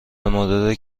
مورد